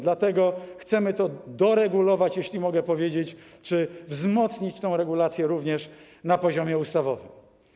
Dlatego chcemy to doregulować, jeśli mogę tak powiedzieć, czy wzmocnić tę regulację również na poziomie ustawowym.